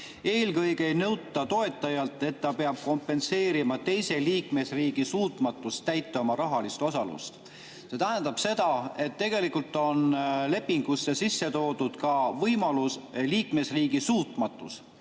Eelkõige ei nõuta toetajalt, et ta peab kompenseerima teise liikmesriigi suutmatust täita oma rahalist osalust. See tähendab seda, et tegelikult on lepingusse sisse toodud võimalusena ka liikmesriigi suutmatus